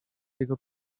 jego